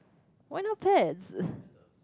why not pets